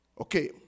Okay